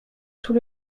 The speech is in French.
sous